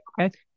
Okay